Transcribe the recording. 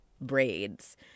braids